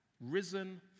risen